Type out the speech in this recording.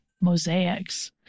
mosaics